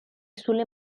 sulle